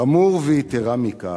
חמור, ויתירה מכך,